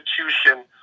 institution